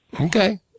Okay